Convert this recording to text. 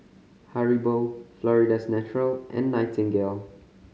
Haribo Florida's Natural and Nightingale